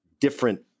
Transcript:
different